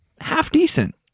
half-decent